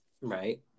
Right